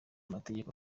amategeko